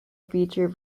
feature